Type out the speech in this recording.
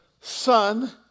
Son